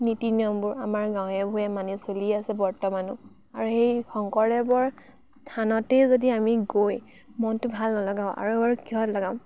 নীতি নিয়মবোৰ আমাৰ গাঁৱে ভূঞে মানি চলি আছে বৰ্তমানো আৰু সেই শংকৰদেৱৰ থানতেই যদি আমি গৈ মনটো ভাল নলগাওঁ আৰু বাৰু কিহত লগাম